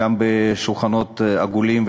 גם בשולחנות עגולים ופתוחים,